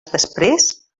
després